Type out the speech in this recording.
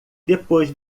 depois